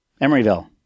Emeryville